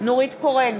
נורית קורן,